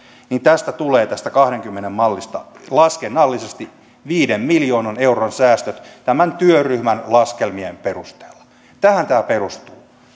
tästä kahdenkymmenen mallista tulee laskennallisesti viiden miljoonan euron säästöt tämän työryhmän laskelmien perusteella tähän tämä